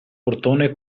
portone